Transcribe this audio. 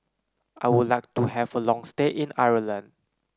I would like to have a long stay in Ireland